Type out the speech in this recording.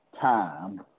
time